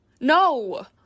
No